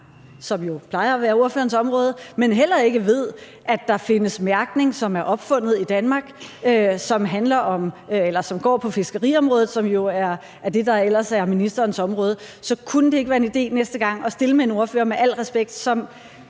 som jo plejer at være ordførerens område – men som heller ikke ved, at der findes mærkning, som er opfundet i Danmark, og som er på fiskeriområdet, som jo er det, der ellers er ministerens område. Så, med al respekt, kunne det ikke være en idé næste gang at stille med en ordfører, som